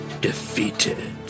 defeated